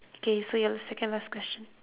okay so your second last question